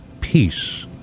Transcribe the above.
Peace